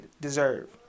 deserve